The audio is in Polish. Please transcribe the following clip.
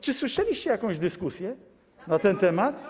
Czy słyszeliście jakąś dyskusję na ten temat?